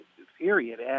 period